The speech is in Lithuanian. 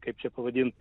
kaip čia pavadint